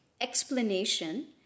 explanation